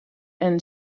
and